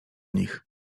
nich